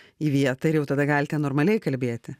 į vietą ir jau tada galite normaliai kalbėti